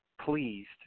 pleased